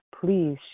Please